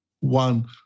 one